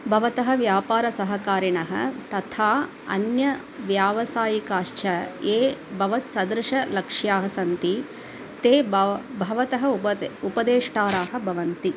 भवतः व्यापारसहकारिणः तथा अन्यव्यावसायिकाश्च ये भवत्सदृशलक्ष्याः सन्ति ते बव भवतः उपदे उपदेष्टाराः भवन्ति